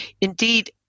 indeed